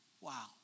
Wow